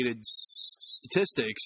statistics